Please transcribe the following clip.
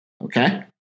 okay